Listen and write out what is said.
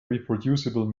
reproducible